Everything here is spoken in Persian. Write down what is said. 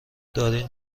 دارین